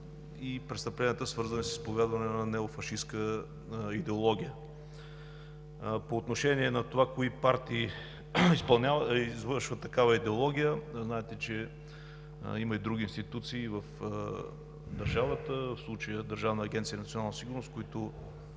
и престъпленията, свързани с изповядване на неофашистка идеология. По отношение на това кои партии извършват такава идеология, знаете, че има и други институции в държавата, в случая Държавна агенция „Национална сигурност“,